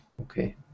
Okay